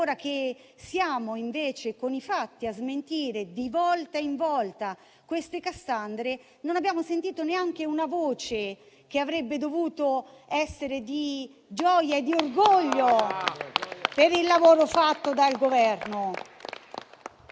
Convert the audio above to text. Ora che siamo invece a smentire con i fatti di volta in volta queste cassandre, non abbiamo sentito neanche una voce che avrebbe dovuto essere di gioia e di orgoglio per il lavoro fatto dal Governo.